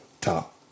top